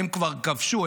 הם כבר כבשו,